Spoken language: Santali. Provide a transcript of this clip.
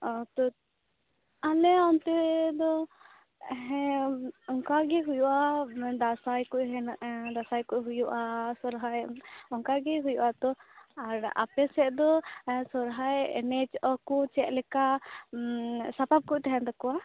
ᱟᱞᱮ ᱚᱱᱛᱮ ᱫᱚ ᱦᱮᱸ ᱚᱱᱠᱟᱜᱮ ᱦᱩᱭᱩᱜᱼᱟ ᱫᱟᱥᱟᱭ ᱠᱚ ᱦᱮᱱᱟᱜᱼᱟ ᱫᱟᱸᱥᱟᱭ ᱠᱚ ᱦᱩᱭᱩᱜᱼᱟ ᱥᱚᱨᱦᱟᱭ ᱚᱱᱠᱟᱜᱮ ᱦᱩᱭᱩᱜᱼᱟ ᱛᱚ ᱟᱨ ᱟᱯᱮᱥᱮᱫ ᱫᱚ ᱮᱸ ᱥᱚᱨᱦᱟᱭ ᱮᱱᱮᱡ ᱟᱠᱚ ᱪᱮᱫᱞᱮᱠᱟ ᱥᱟᱯᱟᱵᱽ ᱠᱚ ᱛᱟᱦᱮᱱ ᱛᱟᱠᱚᱭᱟ